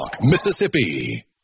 Mississippi